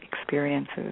experiences